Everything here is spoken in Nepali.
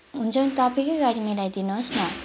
हुन्छ भने तपाईँकै गाडी मिलाइदिनु होस् न